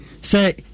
Say